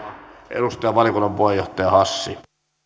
edustaja valiokunnan puheenjohtaja hassi